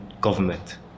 government